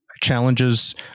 challenges